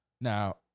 Now